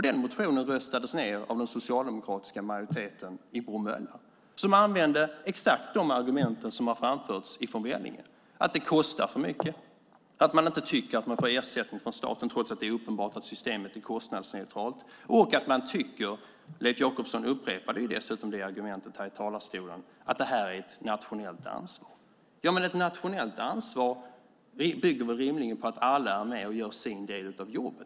Den motionen röstades ned av den socialdemokratiska majoriteten i Bromölla som använde exakt de argument som har framförts från Vellinge: Det kostar för mycket, man tycker inte att man får ersättning från staten trots att det är uppenbart att systemet är kostnadsneutralt, och man tycker - Leif Jakobsson upprepade dessutom det argumentet här i talarstolen - att det är ett nationellt ansvar. Men ett nationellt ansvar bygger väl rimligen på att alla är med och gör sin del av jobbet?